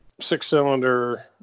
six-cylinder